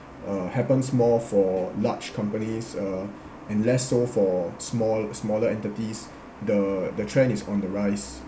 uh happens more for large companies uh and less so for small smaller entities the the trend is on the rise